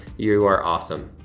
you are awesome.